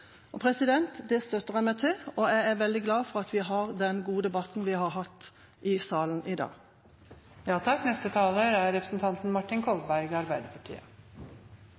Det støtter jeg meg til, og jeg er veldig glad for den gode debatten vi har hatt i salen i dag. Jeg slutter meg først til alt det riktige som er